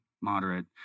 moderate